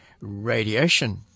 radiation